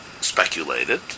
speculated